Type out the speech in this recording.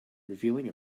revealing